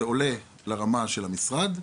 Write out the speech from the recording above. זה עולה לרמה של המשרד,